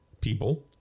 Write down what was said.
people